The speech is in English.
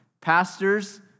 pastors